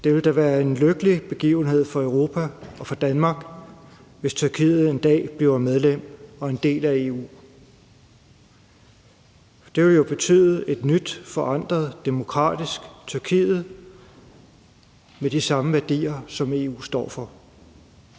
Det ville da være en lykkelig begivenhed for Europa og for Danmark, hvis Tyrkiet en dag bliver medlem og en del af EU. Det vil jo betyde et nyt, forandret og demokratisk Tyrkiet med de samme værdier, som EU står for.